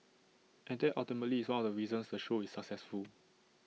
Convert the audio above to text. and that ultimately is one of the reasons the show is successful